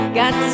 got